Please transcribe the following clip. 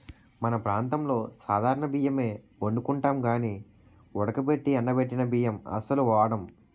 మన ప్రాంతంలో సాధారణ బియ్యమే ఒండుకుంటాం గానీ ఉడకబెట్టి ఎండబెట్టిన బియ్యం అస్సలు వాడం